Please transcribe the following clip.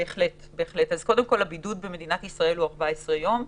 הבידוד במדינת ישראל הוא 14 יום,